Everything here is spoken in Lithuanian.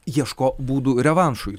ieško būdų revanšui